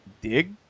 dig